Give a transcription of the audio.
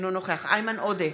אינו נוכח איימן עודה,